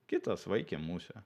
kitas vaikė musę